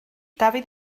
dafydd